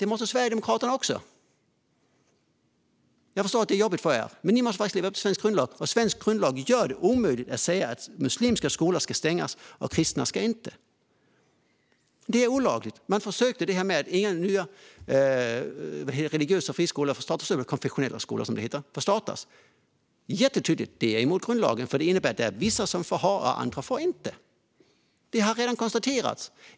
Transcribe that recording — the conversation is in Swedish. Det måste Sverigedemokraterna också. Jag förstår att det är jobbigt för er, men ni måste faktiskt leva upp till svensk grundlag. Svensk grundlag gör det omöjligt att säga att muslimska skolor ska stängas och att kristna inte ska det. Det är olagligt. Man försökte det här med att inga nya religiösa friskolor - eller konfessionella skolor, som det heter - skulle få startas. Det är jättetydligt: Det är emot grundlagen, för det innebär att vissa får och andra inte. Det har redan konstaterats.